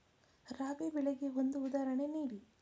ರಾಬಿ ಬೆಳೆಗೆ ಒಂದು ಉದಾಹರಣೆ ನೀಡಿ